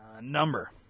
Number